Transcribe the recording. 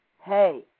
hey